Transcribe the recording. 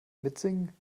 mitsingen